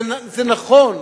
זה נכון.